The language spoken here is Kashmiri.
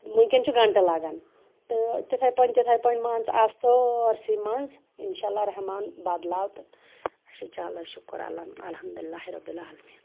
وٕنۍکٮ۪ن چھُ گَںٹَہٕ لَگان تہٕ تِتھَے پٲٹھۍ تِتھَے پٲٹھۍ مان ژٕ آو سٲرۍسٕے منٛز اِنشاء اللہ رحمٰن بدلاو تہٕ اچھا چلو شُکر الحم الحمدُللہِ ربِ العالَمیٖن